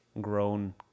grown